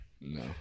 no